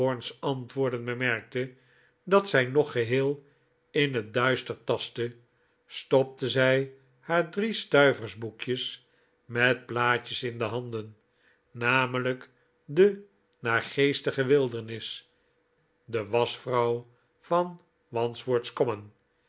antwoorden bemerkte dat zij nog geheel in het duister tastte stopte zij haar drie stuiversboekjes met plaatjes in de handen namelijk de naargeestige wildernis de waschvrouw van wandsworth common